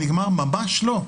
ממש לא.